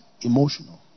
emotional